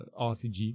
RCG